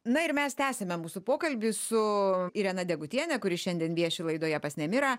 na ir mes tęsiame mūsų pokalbį su irena degutiene kuri šiandien vieši laidoje pas nemirą